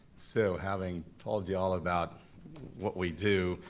so, having told you all about what we do,